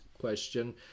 question